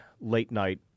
late-night